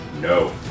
no